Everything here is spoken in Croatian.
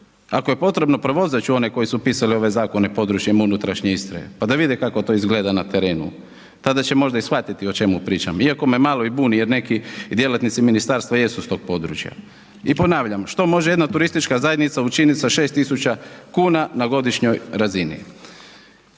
Ako je potrebno, prozvat ću one koji su pisali ove zakone područjem unutrašnje Istre pa da vide kako to izgleda na terenu. Tada će možda i shvatiti o čemu pričam iako me malo i buni jer neki djelatnici ministarstva jesu iz tog područja. I ponavljam, što može jedna turistička zajednica učinit sa 6000 kuna na godišnjoj razini?